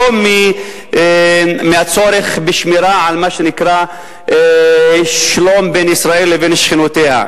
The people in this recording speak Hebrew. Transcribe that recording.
לא הצורך בשמירה על מה שנקרא "שלום בין ישראל לבין שכנותיה",